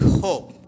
hope